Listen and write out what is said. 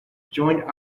joined